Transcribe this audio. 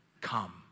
Come